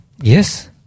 Yes